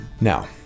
now